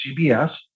CBS